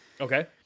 Okay